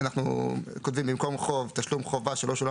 במקום "חוב" אנחנו כותבים "תשלום חובה שלא שולם